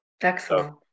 Excellent